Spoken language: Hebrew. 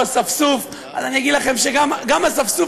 "אספסוף"; אני אגיד לכם שגם אספסוף,